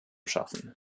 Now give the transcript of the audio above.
schaffen